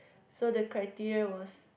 so the criteria was